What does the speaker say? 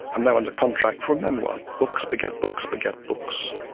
i'm now under contract for a memoir. books beget books beget books,